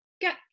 get